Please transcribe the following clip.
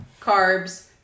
carbs